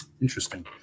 Interesting